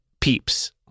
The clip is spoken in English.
peeps